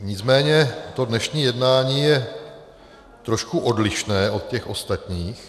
Nicméně to dnešní jednání je trošku odlišné od těch ostatních.